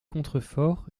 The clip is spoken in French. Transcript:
contreforts